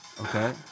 Okay